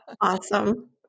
Awesome